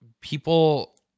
people